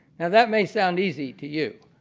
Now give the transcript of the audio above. and that may sound easy to you.